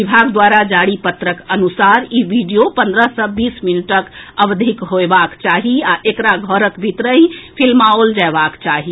विभाग द्वारा जारी पत्रक अनुसार ई वीडियो पन्द्रह सँ बीस मिनटक अवधिक होएबाक चाहि आ एकरा घरक भीतरहि फिल्माओल जएबाक चाही